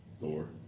Thor